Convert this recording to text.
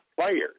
players